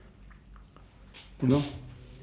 you know